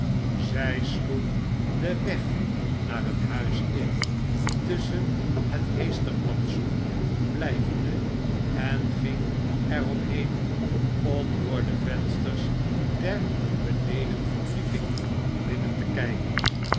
zij sloeg den weg naar het huis in tusschen het heesterplantsoen blijvende en ging er omheen om door de vensters der benedenverdieping binnen te kijken